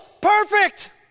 perfect